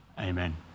Amen